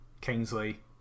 Kingsley